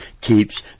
keeps